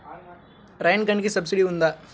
Rain గన్కి సబ్సిడీ ఉందా?